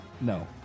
no